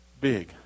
big